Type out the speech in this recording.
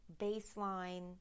baseline